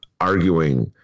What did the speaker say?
arguing